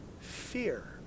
fear